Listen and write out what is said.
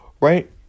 right